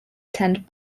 attend